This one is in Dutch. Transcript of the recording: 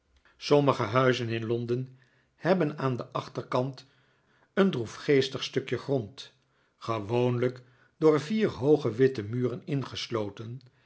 sommige huizen in londen hebben aan den achterkant een droefgeestig stukje grond gewoonlijk door vier hooge witte muren ingesloten